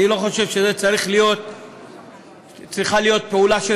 אני לא חושב שזו צריכה להיות פעולה של